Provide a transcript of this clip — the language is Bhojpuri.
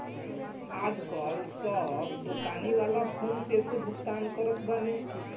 आजकाल सब दोकानी वाला फ़ोन पे से भुगतान करत बाने